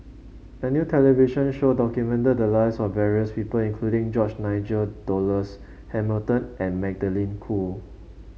a new television show documented the lives of various people including George Nigel Douglas Hamilton and Magdalene Khoo